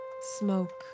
Smoke